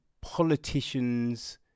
politicians